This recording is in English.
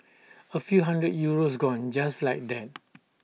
A few hundred euros gone just like that